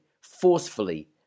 forcefully